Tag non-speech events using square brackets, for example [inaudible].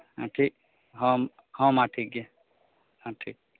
[unintelligible] ᱴᱷᱤᱠ ᱦᱚᱸ ᱢᱟ ᱴᱷᱤᱠᱜᱮᱭᱟ ᱦᱮᱸ ᱴᱷᱤᱠ